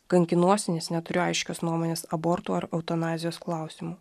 kankinuosi nes neturiu aiškios nuomonės abortų ar autonazijos klausimu